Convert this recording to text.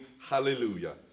Hallelujah